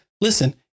Listen